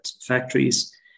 factories